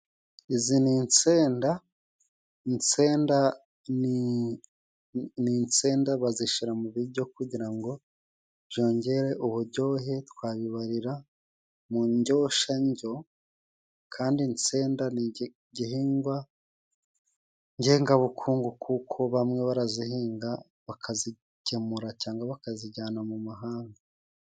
Izi ni insenda , insenda ni insenda bazishira mu biryo kugira ngo byongere uburyohe twabibarira mu ndyoshandyo kandi insenda ni igihingwa ngengabukungu kuko bamwe barazihinga bakazigemura cyangwa bakazijyana mu mahanga.